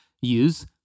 use